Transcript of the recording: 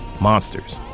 Monsters